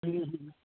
भइए गेलय